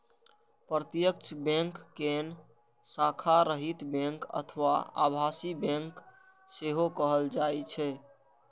प्रत्यक्ष बैंक कें शाखा रहित बैंक अथवा आभासी बैंक सेहो कहल जाइ छै